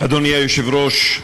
אדוני היושב-ראש,